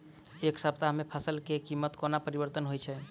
एक सप्ताह मे फसल केँ कीमत कोना परिवर्तन होइ छै?